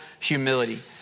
humility